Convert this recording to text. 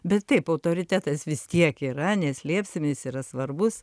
bet taip autoritetas vis tiek yra neslėpsim jis yra svarbus